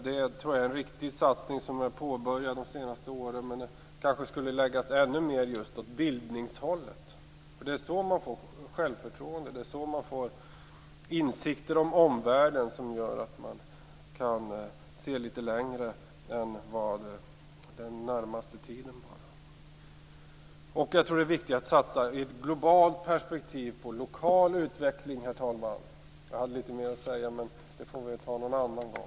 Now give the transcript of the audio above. Den satsning som har gjorts under de senaste åren är riktig, men det skulle kanske läggas ännu mer på just bildningen. Det är så man får självförtroende och insikter om omvärlden som gör att man kan se litet längre än till enbart den närmaste tiden framöver. Herr talman! Det är viktigt att i ett globalt perspektiv satsa på lokal utveckling. Jag har litet mer att säga, men det får jag ta en annan gång.